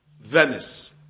Venice